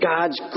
God's